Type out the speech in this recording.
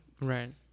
right